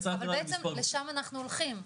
יצאה --- אבל בעצם לשם אנחנו הולכים.